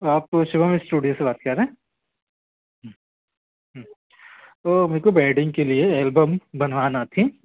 आप शिवम इस्टूडियो से बात कर रहे वह मेरेको वेडिंग के लिए एलबम बनवाना थी